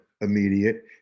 immediate